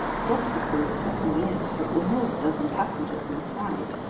dropsical it certainly is, for it will hold a dozen passengers inside.